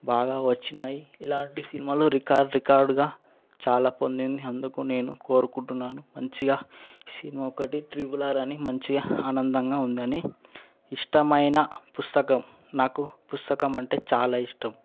బాగా వచ్చినాయి ఇలాంటి సినిమాలు రికార్డు రికార్డుగా చాలా పొందింది అందుకు నేను కోరుకుంటున్నాను మంచిగా సినిమా ఒకటి ట్రిపుల్ ఆర్ అని మంచిగా ఆనందంగా ఉందని అని ఇష్టమైన పుస్తకం నాకు పుస్తకం అంటే చాలా ఇష్టం